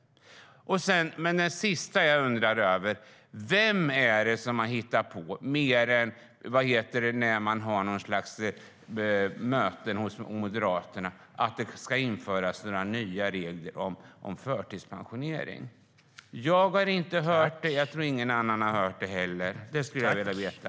Det sista jag undrar över är: Vem är det som har hittat på, när man har något slags möte hos Moderaterna, att det ska införas nya regler om förtidspensionering? Jag har inte hört det, och jag tror ingen annan har hört det heller. Det skulle jag vilja veta.